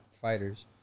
fighters